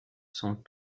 sont